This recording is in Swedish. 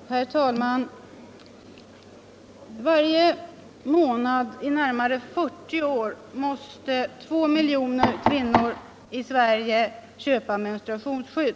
Nr 26 Herr talman! Varje månad i närmare 40 år måste två miljoner kvinnor Onsdagen den i Sverige köpa menstruationsskydd.